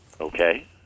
Okay